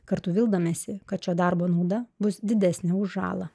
kartu vildamiesi kad šio darbo nauda bus didesnė už žalą